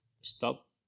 stop